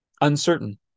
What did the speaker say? uncertain